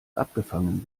abgefangen